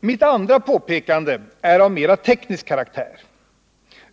Mitt andra påpekande är av mer teknisk karaktär.